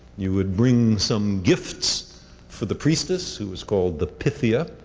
you would bring some gifts for the priestess who was called the pythia,